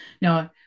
No